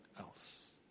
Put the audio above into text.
else